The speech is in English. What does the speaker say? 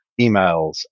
emails